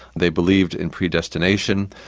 they believed in predestination,